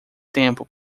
tempo